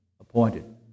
appointed